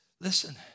Listen